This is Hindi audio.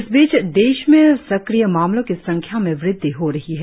इस बीच देश में सक्रिय मामलों की संख्या में वृद्धि हो रही है